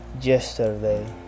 Yesterday